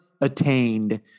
attained